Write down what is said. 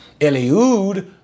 Eliud